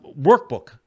workbook